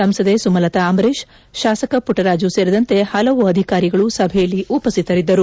ಸಂಸದೆ ಸುಮಲತಾ ಅಂಬರೀಷ್ ಶಾಸಕ ಪುಟ್ಟರಾಜು ಸೇರಿದಂತೆ ಹಲವು ಅಧಿಕಾರಿಗಳು ಸಭೆಯಲ್ಲಿ ಉಪಸ್ವಿತರಿದ್ದರು